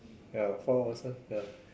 ya four hours lah ya